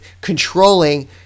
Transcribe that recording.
controlling